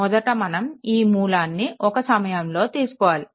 మొదట మనం ఒక మూలాన్ని ఒక సమయంలో తీసుకోవాలి